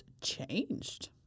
changed